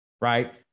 Right